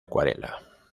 acuarela